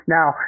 Now